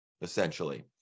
essentially